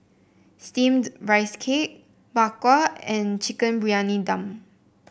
steamed Rice Cake Bak Kwa and Chicken Briyani Dum